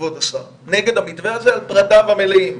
כבוד השר, נגד המתווה הזה על פרטיו המלאים.